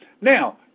Now